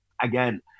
Again